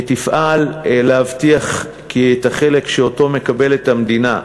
היא תפעל להבטיח כי החלק שמקבלת המדינה,